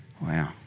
Wow